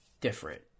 different